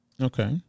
Okay